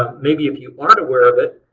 um maybe if you aren't aware of it,